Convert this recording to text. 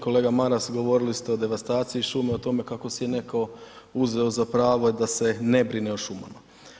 Kolega Maras, govorili ste o devastaciji šume, o tome kako si je netko uzeo za pravo da se ne brine o šumama.